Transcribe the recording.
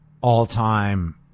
all-time